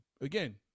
again